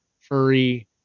furry